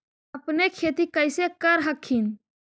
अपने खेती कैसे कर हखिन?